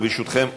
ברשותכם,